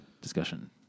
discussion